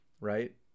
right